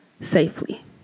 Safely